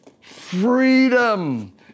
Freedom